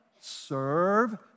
serve